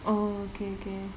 oh okay okay